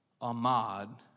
Ahmad